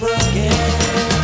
again